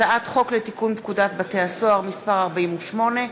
הצעת חוק לתיקון פקודת בתי-הסוהר (מס' 48),